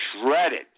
shredded